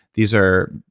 these are,